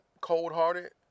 cold-hearted